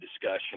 discussion